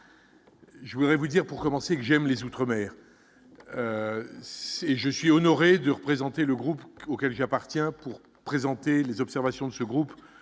je voudrais vous dire pour commencer, que j'aime les outre-mer et je suis honoré de représenter le groupe auquel j'appartiens, pour présenter les observations de ce groupe